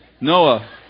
Noah